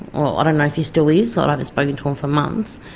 well, i don't know if he still is, so i haven't spoken to him for months.